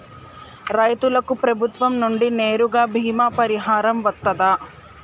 రైతులకు ప్రభుత్వం నుండి నేరుగా బీమా పరిహారం వత్తదా?